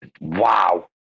wow